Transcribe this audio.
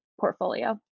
portfolio